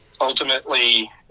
Ultimately